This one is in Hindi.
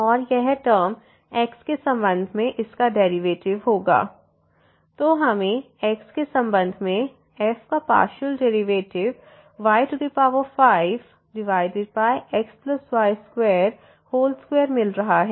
और यह टर्म x के संबंध में इसका डेरिवेटिव होगा xy2y3 xy31xy22y5xy22 तो हमें x के संबंध में f का पार्शियल डेरिवेटिव y5xy22 मिल रहा है